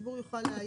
הציבור יוכל לעיין.